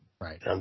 Right